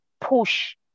push